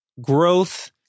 growth